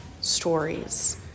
stories